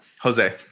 Jose